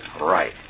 Right